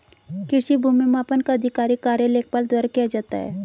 कृषि भूमि मापन का आधिकारिक कार्य लेखपाल द्वारा किया जाता है